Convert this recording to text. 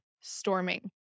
storming